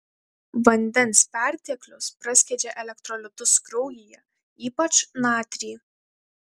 vandens perteklius praskiedžia elektrolitus kraujyje ypač natrį